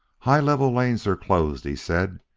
high-level lanes are closed, he said,